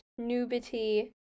Nubity